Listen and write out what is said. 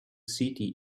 city